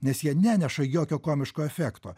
nes jie neneša jokio komiško efekto